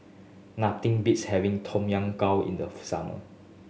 nothing beats having Tom Kha Gai in the summer